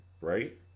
right